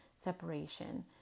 separation